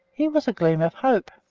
here was a gleam of hope,